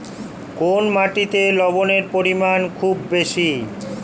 কোন মাটিতে লবণের পরিমাণ খুব বেশি?